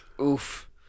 Oof